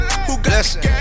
Listen